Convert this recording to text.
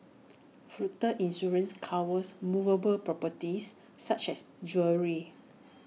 floater insurance covers movable properties such as jewellery